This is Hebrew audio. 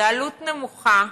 זאת עלות נמוכה,